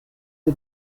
for